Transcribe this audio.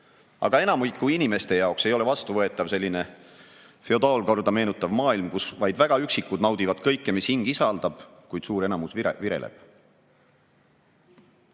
Aga enamiku inimeste jaoks ei ole vastuvõetav selline feodaalkorda meenutav maailm, kus vaid väga üksikud naudivad kõike, mis hing ihaldab, kuid suur enamus